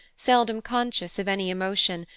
seldom conscious of any emotion,